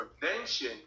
prevention